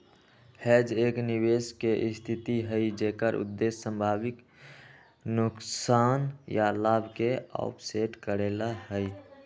hedge एक निवेश के स्थिति हई जेकर उद्देश्य संभावित नुकसान या लाभ के ऑफसेट करे ला हई